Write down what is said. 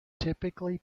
typically